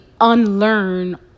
unlearn